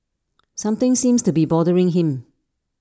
something seems to be bothering him